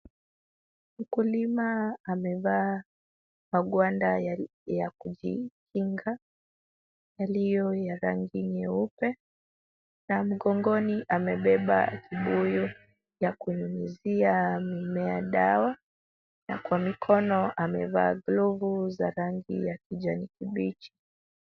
Mkulima amevaa magwanda ya kujikinga yaliyo ya rangi nyeupe na mgongoni amebeba kibuyu ya kunyunyizia mimea dawa na kwa mikono amevaa glovu za rangi ya kijani kibichi.